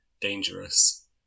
dangerous